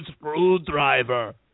screwdriver